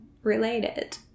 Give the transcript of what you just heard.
related